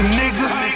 niggas